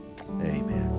Amen